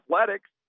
athletics